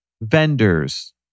vendors